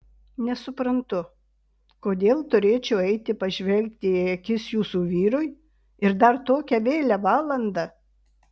nesuprantu kodėl turėčiau eiti pažvelgti į akis jūsų vyrui ir dar tokią vėlią valandą